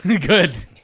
good